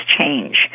change